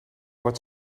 were